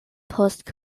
post